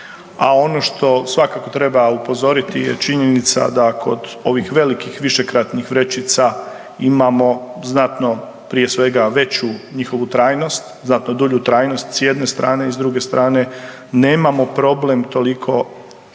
ono što svakako treba upozoriti je činjenica da kod ovih velikih višekratnih vrećica imamo znatno, prije svega veću njihovu dulju trajnost s jedne strane i s druge strane nemamo problem toliko